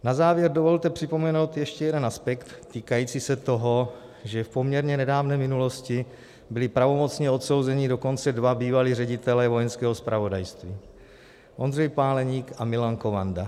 Na závěr dovolte připomenout ještě jeden aspekt týkající se toho, že v poměrně nedávné minulosti byli pravomocně odsouzeni dokonce dva bývalí ředitelé Vojenského zpravodajství Ondřej Páleník a Milan Kovanda.